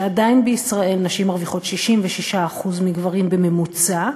ועדיין בישראל נשים מרוויחות 66% מגברים בממוצע,